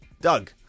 Doug